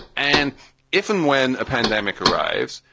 and if and when a pandemic arrives,